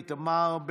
מלכיאלי,